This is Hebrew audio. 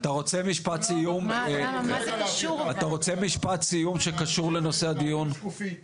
אתם יכולים לראות בשקופית